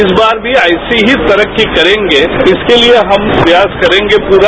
इस बार भी ऐसी ही तरक्की करेंगे इसके लिए हम प्रयास करेंगे पूरा